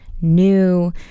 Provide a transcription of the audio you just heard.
new